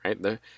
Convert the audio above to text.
right